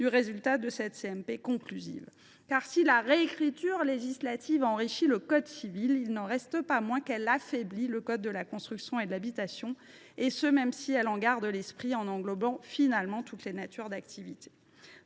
du résultat de cette CMP conclusive. En effet, si la réécriture législative enrichit le code civil, il n’en reste pas moins qu’elle affaiblit le code de la construction et de l’habitation, et ce même si elle en garde l’esprit en englobant finalement toutes les activités,